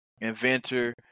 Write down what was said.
inventor